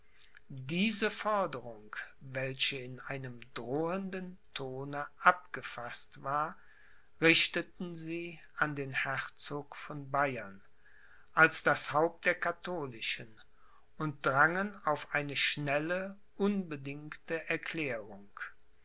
diese forderung welche in einem drohenden tone abgefaßt war richteten sie an den herzog von bayern als das haupt der katholischen und drangen auf eine schnelle unbedingte erklärung